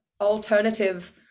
alternative